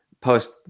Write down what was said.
post